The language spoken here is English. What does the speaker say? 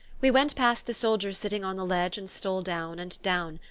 we went past the soldiers sitting on the ledge and stole down and down,